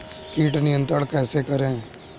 कीट नियंत्रण कैसे करें?